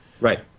Right